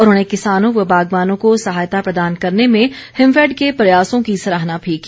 उन्होंने किसानों व बागवानों को सहायता प्रदान करने में हिमफैड के प्रयासों की सराहना भी की